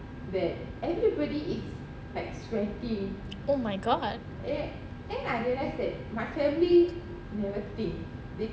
oh my god